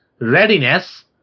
readiness